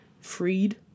freed